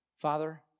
Father